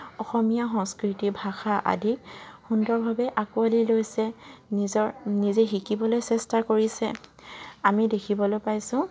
অসমীয়া সংস্কৃতি ভাষা আদি সুন্দৰভাৱে আঁকোৱালি লৈছে নিজৰ নিজে শিকিবলৈ চেষ্টা কৰিছে আমি দেখিবলৈ পাইছোঁ